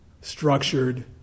structured